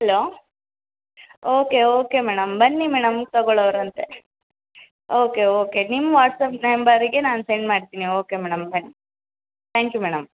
hello okay okay madam ಬನ್ನಿ madam ತಗೋಳೋರಂತೆ okay okay ನಿಮ್ಮ ವಾಟ್ಸ್ಆ್ಯಪ್ ನಂಬರಿಗೆ ನಾನು ಸೆಂಡ್ ಮಾಡ್ತೀನಿ ಓಕೆ ಮೇಡಮ್ ಬನ್ನಿ ತ್ಯಾಂಕ್ ಯು ಮೇಡಮ್